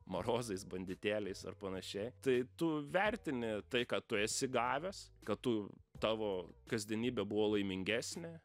marozais banditėliais ar panašiai tai tu vertini tai ką tu esi gavęs ką tu tavo kasdienybė buvo laimingesnė